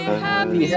Happy